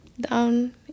down